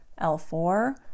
L4